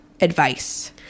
advice